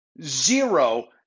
zero